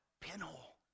pinhole